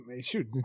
shoot